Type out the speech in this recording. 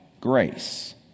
grace